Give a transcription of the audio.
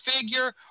figure